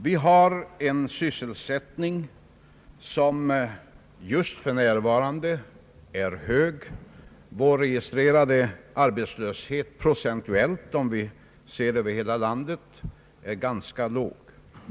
Vi har en sysselsättning som just nu är hög. Vår registrerade arbetslöshet, procentuellt om vi ser det över hela landet, är ganska låg.